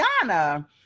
Ghana